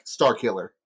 Starkiller